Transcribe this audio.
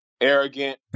arrogant